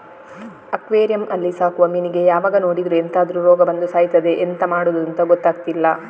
aquarium ಅಲ್ಲಿ ಸಾಕುವ ಮೀನಿಗೆ ಯಾವಾಗ ನೋಡಿದ್ರೂ ಎಂತಾದ್ರೂ ರೋಗ ಬಂದು ಸಾಯ್ತದೆ ಎಂತ ಮಾಡುದಂತ ಗೊತ್ತಾಗ್ತಿಲ್ಲ